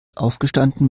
aufgestanden